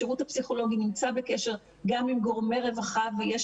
השירות הפסיכולוגי נמצא בקשר גם עם גורמי רווחה ויש